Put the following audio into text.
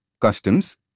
Customs